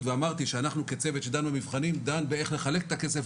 ואמרתי שאנחנו כצוות שדן במבחנים דן באיך לחלק את הכסף,